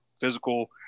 physical